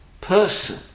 person